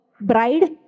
bride